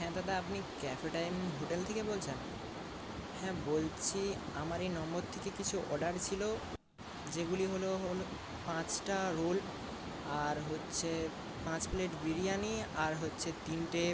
হ্যাঁ দাদা আপনি ক্যাফে টাইম হোটেল থেকে বলছেন হ্যাঁ বলছি আমার এই নম্বর থেকে কিছু অর্ডার ছিল যেগুলি হল পাঁচটা রোল আর হচ্ছে পাঁচ প্লেট বিরিয়ানি আর হচ্ছে তিনটে